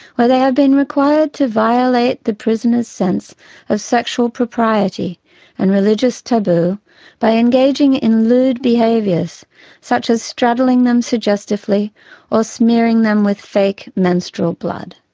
where they have been required to violate the prisoners' sense of sexual propriety and religious taboo by engaging in lewd behaviours such as straddling them suggestively or smearing them with fake menstrual blood.